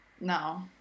No